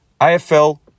AFL